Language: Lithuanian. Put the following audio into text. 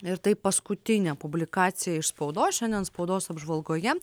ir tai paskutinė publikacija iš spaudos šiandien spaudos apžvalgoje